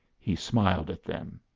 he smiled at them.